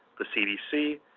the cdc,